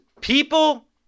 people